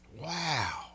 Wow